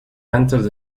entered